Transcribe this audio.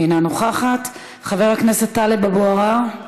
אינה נוכחת, חבר הכנסת טלב אבו עראר,